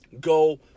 go